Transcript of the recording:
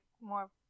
more